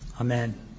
Amen